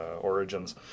Origins